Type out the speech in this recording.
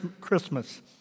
Christmas